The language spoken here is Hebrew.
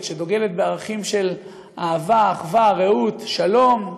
שדוגלת בערכים של אהבה, אחווה, רעות, שלום,